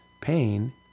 pain